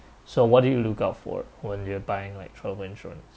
so what do you look out for when you're buying like travel insurance